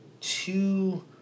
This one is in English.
two